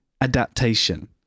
adaptation